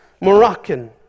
Moroccan